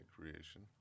creation